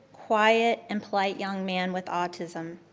quiet, and polite young man with autism.